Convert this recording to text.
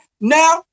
Now